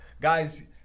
Guys